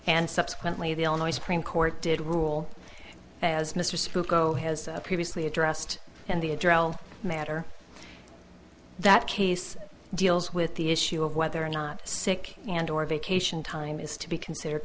and subsequently the illinois supreme court did rule as mr spook o has previously addressed and the address matter that case deals with the issue of whether or not sick and or vacation time is to be considered